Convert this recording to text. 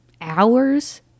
hours